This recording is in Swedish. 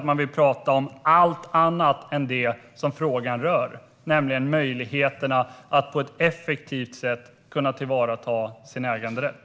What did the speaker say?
Man vill prata om allt annat än det som frågan rör, nämligen möjligheten att på ett effektivt sätt tillvarata sin äganderätt.